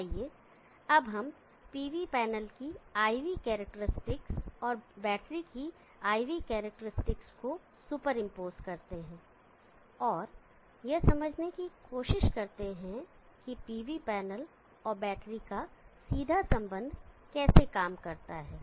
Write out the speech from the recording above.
आइए अब हम पीवी पैनल की IV करैक्टेरिस्टिक्स और बैटरी की IV करैक्टेरिस्टिक्स को सुपर इंपोज करते हैं और यह समझने की कोशिश करते हैं कि pv पैनल और बैटरी का सीधा संबंध कैसे काम करता है